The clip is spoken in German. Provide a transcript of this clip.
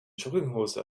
jogginghose